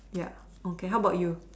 ya okay how about you